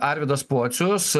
arvydas pocius